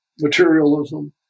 materialism